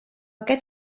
aquest